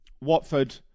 Watford